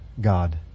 God